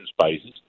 spaces